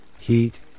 heat